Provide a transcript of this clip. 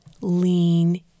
lean